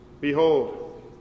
Behold